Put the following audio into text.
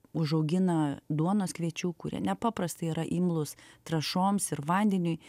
užaugina duonos kviečių kurie nepaprastai yra imlūs trąšoms ir vandeniui